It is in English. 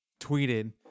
tweeted